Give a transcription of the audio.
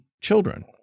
children